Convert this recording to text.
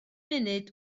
munud